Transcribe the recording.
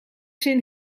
zin